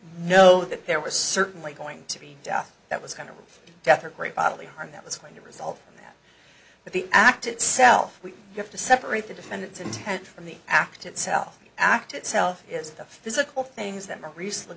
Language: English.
know that there was certainly going to be death that was kind of death or great bodily harm that was going to resolve that but the act itself we have to separate the defendant's intent from the act itself act itself is the physical things